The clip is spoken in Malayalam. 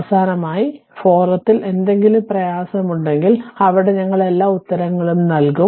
അവസാനമായി ഫോറത്തിൽ എന്തെങ്കിലും പ്രയാസമുണ്ടെങ്കിൽ അവിടെ ഞങ്ങൾ എല്ലാ ഉത്തരങ്ങളും നൽകും